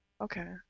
Okay